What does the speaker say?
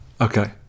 Okay